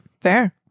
fair